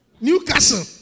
Newcastle